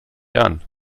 jahren